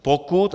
Pokud